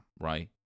right